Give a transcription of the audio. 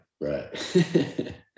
right